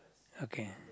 okay